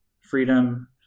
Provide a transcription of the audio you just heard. freedom